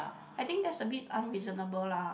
I think that's a bit unreasonable lah